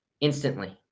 instantly